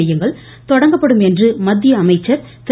மையங்கள் தொடங்கப்படும் என்று மத்திய அமைச்சர் திரு